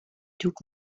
took